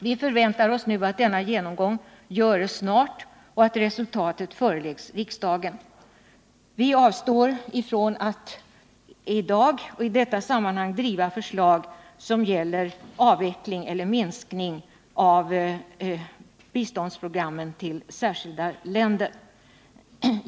Vi förväntar oss nu att denna genomgång görs snart och att resultatet föreläggs riksdagen. Vi avstår ifrån att i dag och i detta sammanhang driva förslag som gäller avveckling eller minskning av biståndsprogrammen till särskilda länder.